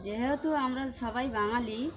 যেহেতু আমরা সবাই বাঙালি